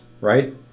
right